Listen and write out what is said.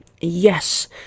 Yes